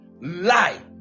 Lie